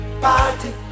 party